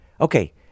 Okay